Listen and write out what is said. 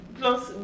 plus